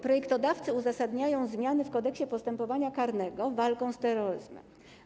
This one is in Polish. Projektodawcy uzasadniają zmiany w Kodeksie postępowania karnego walką z terroryzmem.